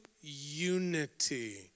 unity